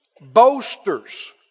boasters